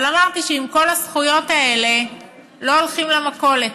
אבל אמרתי שעם כל הזכויות האלה לא הולכים למכולת,